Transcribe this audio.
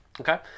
okay